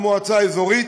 "מועצה אזורית".